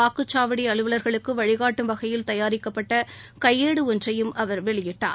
வாக்குச்சாவடி அலுவலர்களுக்கு வழிகாட்டும் வகையில் தயாரிக்கப்பட்ட கையேடு ஒன்றையும் அவர் வெளியிட்டார்